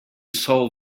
solve